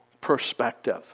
perspective